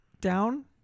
down